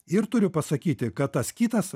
ir turiu pasakyti kad tas kitas